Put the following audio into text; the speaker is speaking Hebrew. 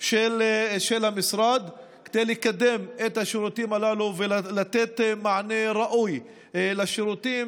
של המשרד כדי לקדם את השירותים הללו ולתת מענה ראוי בשירותים.